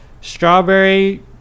strawberry